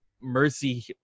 mercy